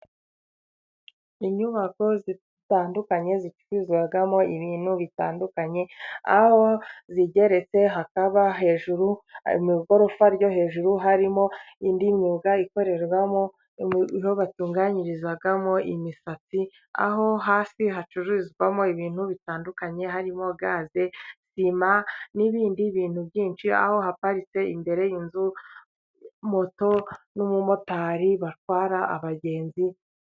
Inyubako zitandukanye， zicururizwamo ibintu bitandukanye，aho zigeretse hakaba hejuru， mu igorofa ryo hejuru，harimo indi myuga ikorerwamo， niho batunganyirizamo imisatsi，aho hasi hacururizwamo ibintu bitandukanye， harimo gaze， sima， n'ibindi bintu byinshi， aho haparitse imbere y’inzu，moto n'umumotari，batwara abagenzi.